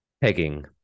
pegging